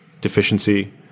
deficiency